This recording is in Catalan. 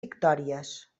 victòries